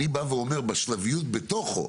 אני בא ואומר על השלביות בתוכו,